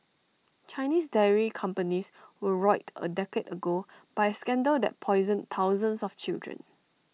Chinese dairy companies were roiled A decade ago by A scandal that poisoned thousands of children